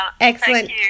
Excellent